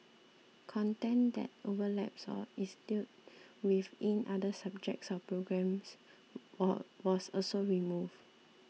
content that overlaps or is dealt with in other subjects or programmes were was also removed